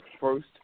first